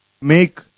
make